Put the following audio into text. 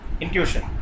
intuition